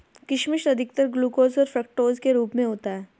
किशमिश अधिकतर ग्लूकोस और फ़्रूक्टोस के रूप में होता है